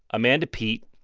amanda peet.